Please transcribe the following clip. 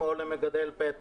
והם קיבלו חמש